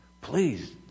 Please